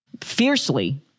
fiercely